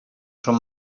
son